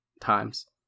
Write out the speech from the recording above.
times